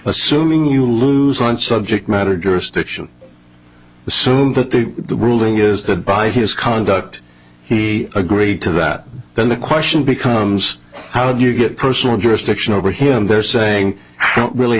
assuming you lose one subject matter jurisdiction assume that the ruling is that by his conduct he agreed to that then the question becomes how do you get personal jurisdiction over him there saying i don't really